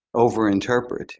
overinterpret